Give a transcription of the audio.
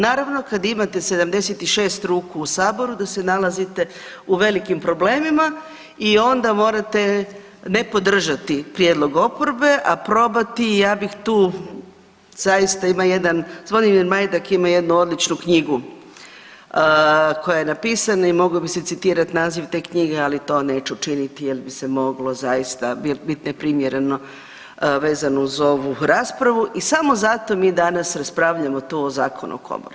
Naravno kad imate 76 ruku u saboru da se nalazite u velikim problemima i onda morate ne podržati prijedlog oporbe, a probati ja bih tu zaista ima jedan, Zvonimir Majdak ima jednu odlučnu knjigu koja je napisana i mogao bi se citirati naziv te knjige, ali to neću činiti jer bi se moglo zaista bit neprimjereno vezano uz ovu raspravu i samo zato mi danas raspravljamo tu o zakonu o komori.